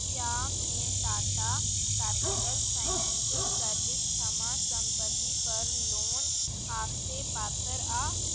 क्या मैं Tata Capital Financial Services थमां संपत्ति पर लोन आस्तै पात्तर आं